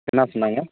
என்ன சொன்னாங்க